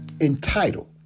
entitled